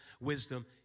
wisdom